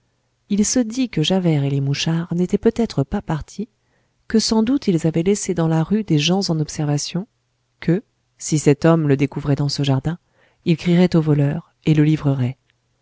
il se dit que javert et les mouchards n'étaient peut-être pas partis que sans doute ils avaient laissé dans la rue des gens en observation que si cet homme le découvrait dans ce jardin il crierait au voleur et le livrerait